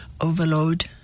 overload